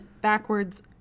backwards